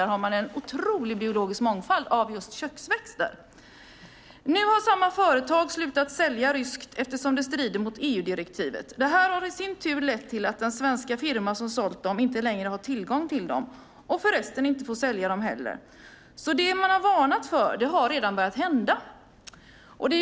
Där har man en otrolig biologisk mångfald av just köksväxter. Nu har samma företag slutat sälja ryskt eftersom det strider mot EU-direktivet. Detta har i sin tur lett till att den svenska firma som sålt dem inte längre har tillgång till dem och förresten inte får sälja dem heller. Det som man har varnat för har alltså redan börjat hända.